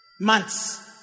Months